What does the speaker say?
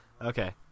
Okay